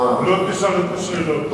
לא תשאל את השאלות האלה.